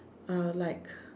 uh like